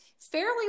fairly